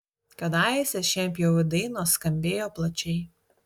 kadaise šienpjovių dainos skambėjo plačiai